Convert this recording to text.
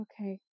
okay